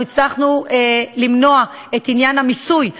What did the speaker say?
הצלחנו למנוע את עניין המיסוי,